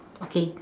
okay